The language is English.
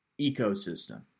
ecosystem